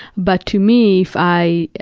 but to me, if i